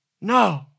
No